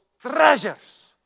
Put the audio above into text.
treasures